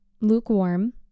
lukewarm